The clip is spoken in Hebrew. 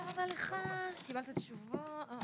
ננעלה בשעה